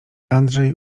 andrzej